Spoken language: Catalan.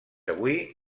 avui